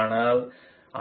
ஆனால்